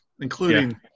including